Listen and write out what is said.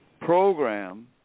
program